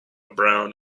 brown